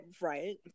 Right